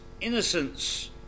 innocence